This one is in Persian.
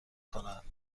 کند